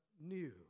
new